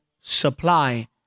supply